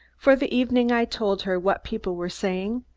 for the evening i told her what people were saying,